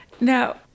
Now